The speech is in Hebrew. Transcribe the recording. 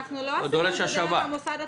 אנחנו לא עשינו את זה דרך המוסד עצמו,